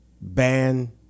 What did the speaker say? ban